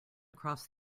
across